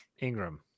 Ingram